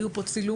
היו פה צילומים,